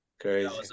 Crazy